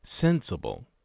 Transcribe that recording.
sensible